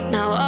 Now